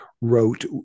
wrote